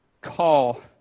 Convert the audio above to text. call